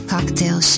Cocktail